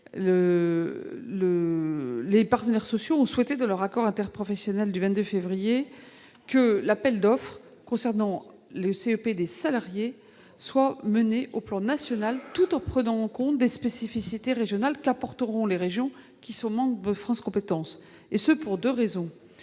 les partenaires sociaux ont souhaité, dans l'accord national interprofessionnel du 22 février 2018, que l'appel d'offres concernant le CEP des salariés soit mené au plan national, tout en prenant en compte les spécificités régionales apportées par les régions, qui sont membres de France Compétences, et ce pour deux raisons.